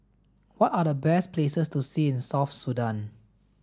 what are the best places to see in South Sudan